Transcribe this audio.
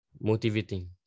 Motivating